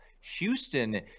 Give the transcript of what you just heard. Houston